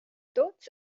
tuts